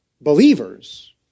believers